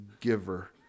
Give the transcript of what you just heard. giver